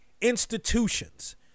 institutions